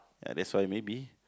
ya that's why maybe